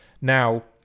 now